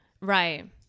Right